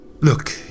Look